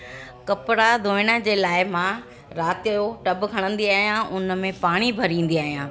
कपिड़ा धोइण जे लाइ मां राति जो टब खणंदी आहियां उन में पाणी भरींदी आहियां